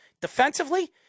Defensively